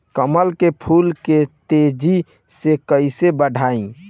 कमल के फूल के तेजी से कइसे बढ़ाई?